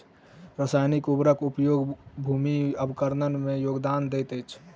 रासायनिक उर्वरक उपयोग भूमि अवक्रमण में योगदान दैत अछि